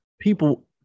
people